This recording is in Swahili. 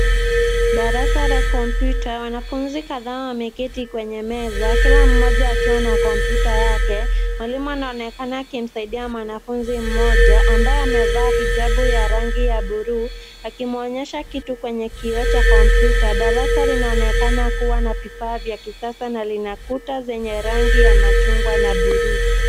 Darasa la kompyuta. Wanafunzi kadhaa wameketi kwenye meza, kila mmoja akiwa na kompyuta yake. Mwalimu anaonekana akimsaidia mwanafunzi mmoja ambaye amevaa hijabu ya rangi ya buluu, akimwonyesha kitu kwenye kioo cha kompyuta. Darasa linaonekana kuwa na vifaa vya kisasa na lina kuta zenye rangi ya machungwa na buluu.